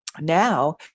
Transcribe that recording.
Now